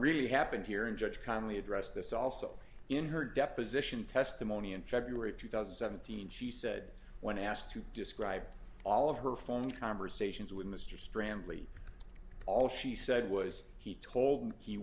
really happened here in judge calmly address this also in her deposition testimony in february two thousand seventeen she said when asked to describe all of her phone conversations with mr strand lee all she said was he told me he